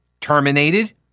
terminated